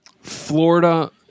florida